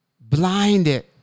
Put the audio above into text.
blinded